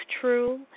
true